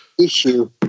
Issue